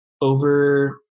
over